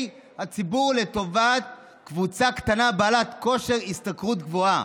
הציבור לטובת קבוצה קטנה בעלת כושר השתכרות גבוה.